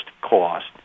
cost